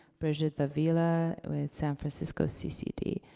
brigitte davila, with san francisco ccd.